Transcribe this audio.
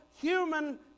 human